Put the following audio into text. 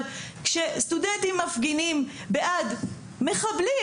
אבל כשסטודנטים מפגינים בעד מחבלים,